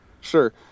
Sure